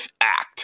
act